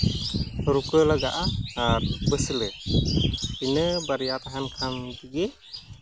ᱨᱩᱠᱟᱹ ᱞᱟᱜᱟᱜᱼᱟ ᱟᱨ ᱵᱟᱹᱥᱞᱟᱹ ᱤᱱᱟᱹ ᱵᱟᱨᱭᱟ ᱛᱟᱦᱮᱱ ᱠᱷᱟᱱ ᱛᱮᱜᱮ